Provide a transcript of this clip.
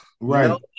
right